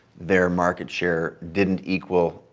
their market share didn't equal,